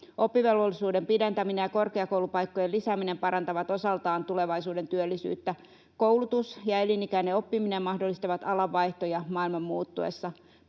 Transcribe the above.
Oppivelvollisuuden pidentäminen ja korkeakoulupaikkojen lisääminen parantavat osaltaan tulevaisuuden työllisyyttä. Koulutus ja elinikäinen oppiminen mahdollistavat alanvaihtoja maailman muuttuessa.